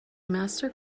master